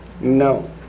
No